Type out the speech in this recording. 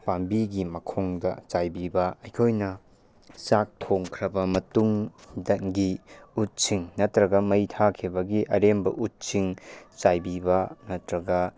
ꯄꯥꯝꯕꯤꯒꯤ ꯃꯈꯣꯡꯗ ꯆꯥꯏꯕꯤꯕ ꯑꯩꯈꯣꯏꯅ ꯆꯥꯛ ꯊꯣꯡꯈ꯭ꯔꯕ ꯃꯇꯨꯡꯗꯒꯤ ꯎꯠꯁꯤꯡ ꯅꯠꯇ꯭ꯔꯒ ꯃꯩ ꯊꯥꯈꯤꯕꯒꯤ ꯑꯔꯦꯝꯕ ꯎꯠꯁꯤꯡ ꯆꯥꯏꯕꯤꯕ ꯅꯠꯇ꯭ꯔꯒ